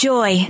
Joy